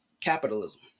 capitalism